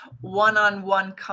one-on-one